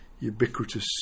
ubiquitous